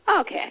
Okay